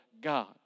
God